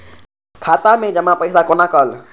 खाता मैं जमा पैसा कोना कल